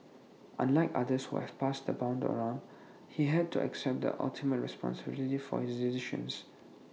unlike others who have passed the buck around he had to accept the ultimate responsibility for his decisions